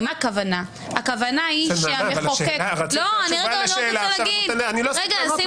נעמה, אני לא אספיק לענות לך.